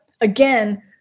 again